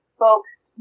folks